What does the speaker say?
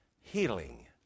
healing